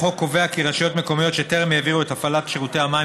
החוק קובע כי רשויות מקומיות שטרם העבירו את הפעלת שירותי המים